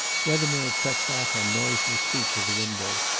wethermill crept back on noiseless feet to the window,